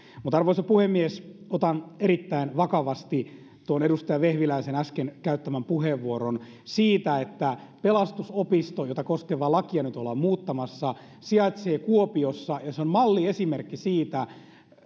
arvoisa puhemies otan erittäin vakavasti tuon edustaja vehviläisen äsken käyttämän puheenvuoron siitä että pelastusopisto jota koskevaa lakia nyt ollaan muuttamassa sijaitsee kuopiossa se on malliesimerkki siitä